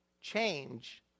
change